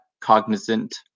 cognizant